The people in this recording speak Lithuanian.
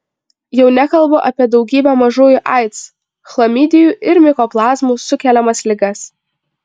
jau nekalbu apie daugybę mažųjų aids chlamidijų ir mikoplazmų sukeliamas ligas